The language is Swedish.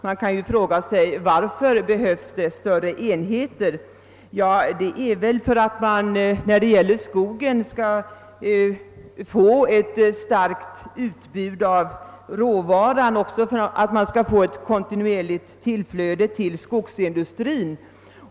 När det gäller skogen är väl avsikten med större enheter att få ett stort utbud av råvaran och ett kontinuerligt tillflöde till skogsindustrin.